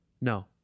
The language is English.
No